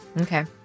Okay